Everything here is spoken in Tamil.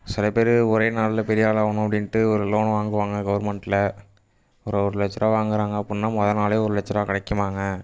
சில பேர் ஒரே நாளில் பெரியாளாகணும் அப்படின்ட்டு ஒரு லோனை வாங்குவாங்க கவர்மெண்டில் ஒரு ஒரு லட்சம் ரூபா வாங்குறாங்க அப்பிடின்னா மொதல் நாளே ஒரு லட்ச ரூபா கிடைக்குமாங்க